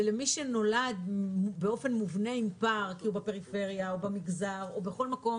ומי שנולד באופן מובנה עם פער כי הוא בפריפריה או במגזר או בכל מקום